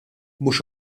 mhux